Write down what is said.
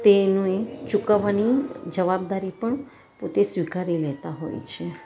તેનું એ ચૂકવાની જવાબદારી પણ પોતે સ્વીકારી લેતા હોય છે